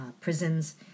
prisons